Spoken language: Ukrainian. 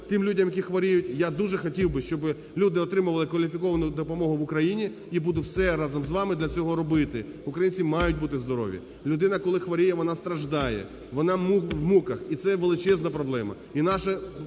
тим людям, які хворіють. Я дуже хотів би, щоб люди отримували кваліфіковану допомогу в Україні, і буду все разом з вами для цього робити. Українці мають бути здорові. Людина, коли хворіє, вона страждає, вона в муках. І це є величезна проблема.